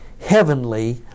heavenly